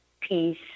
peace